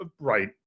Right